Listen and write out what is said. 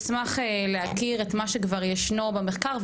אשמח להכיר את מה שכבר ישנו במחקר,